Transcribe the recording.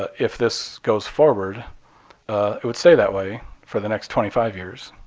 ah if this goes forward it would stay that way for the next twenty five years.